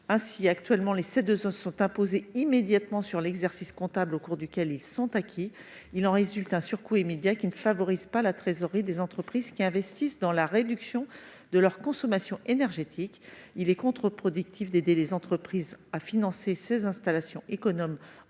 C2E. Actuellement, les C2E sont imposés immédiatement sur l'exercice comptable au cours duquel ils ont été acquis. Il en résulte un surcoût immédiat qui affecte la trésorerie des entreprises investissant pour réduire leur consommation énergétique. Il serait contre-productif d'aider les entreprises à financer ces installations économes